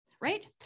right